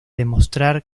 demostrar